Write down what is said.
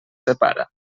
separa